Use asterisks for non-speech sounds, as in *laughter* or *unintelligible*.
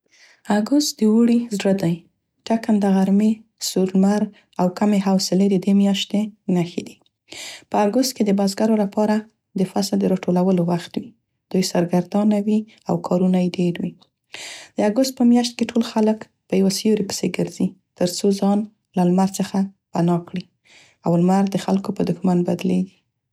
*unintelligible* اګست د اوړي زړه دی. ټکنده غرمې، سور لمر او کمې حوصلې د دې میاشتې نښې دي. په اګست کې د بزګرو لپاره د فصل د راټولولو وخت دوی سرګردانه وي او کارونه یې ډير وي. د اګست په میاشت کې ټول خلک په یوه سیوري پسې ګرځي تر څو ځان له لمر څخه پناه کړي او لمر د خلکو په دښمن بدلیږي.